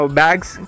bags